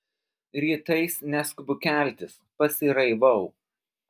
rytais neskubu keltis pasiraivau